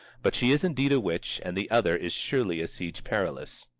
but she is indeed a witch and the other is surely a siege perilous.